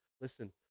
Listen